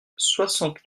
soixante